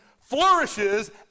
flourishes